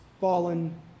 fallen